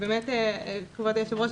כבוד היושב-ראש,